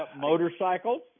motorcycles